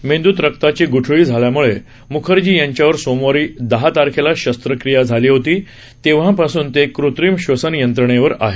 मेंदूत रक्ताची ग्ठळी झाल्याम्ळे मुखर्जी यांच्यावर सोमवारी दहा तारखेला शस्त्रक्रिया झाली होती तेव्हापासून ते कृत्रिम श्वसन यंत्रणेवर आहेत